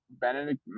Benedict